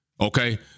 okay